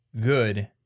good